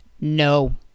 no